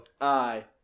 Aye